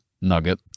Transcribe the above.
nugget